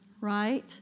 right